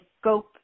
scope